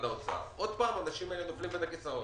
האוצר שוב האנשים האלה נופלים בין הכיסאות,